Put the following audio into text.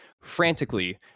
frantically